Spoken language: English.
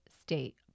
State